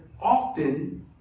often